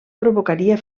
provocaria